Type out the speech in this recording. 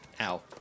ow